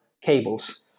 cables